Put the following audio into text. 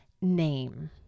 name